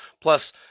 Plus